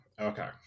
Okay